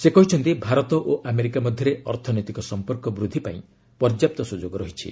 ସେ କହିଛନ୍ତି ଭାରତ ଓ ଆମେରିକା ମଧ୍ୟରେ ଅର୍ଥନୈତିକ ସମ୍ପର୍କ ବୂଦ୍ଧି ପାଇଁ ପର୍ଯ୍ୟାପ୍ତ ସୁଯୋଗ ରହିଛି